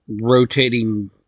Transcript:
rotating